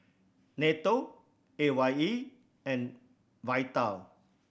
NATO A Y E and Vital